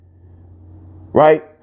Right